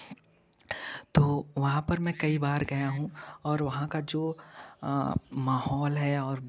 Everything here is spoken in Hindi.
तो वहाँ पर मैं कई बार गया हूँ और वहाँ का जो माहौल है और